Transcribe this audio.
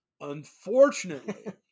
Unfortunately